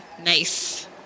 Nice